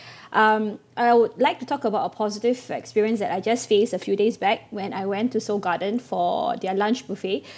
um I would like to talk about a positive experience that I just faced a few days back when I went to seoul garden for their lunch buffet